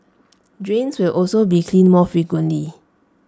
drains will also be cleaned more frequently